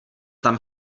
tam